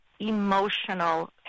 emotional